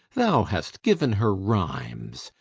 thou hast given her rhymes,